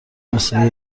مثل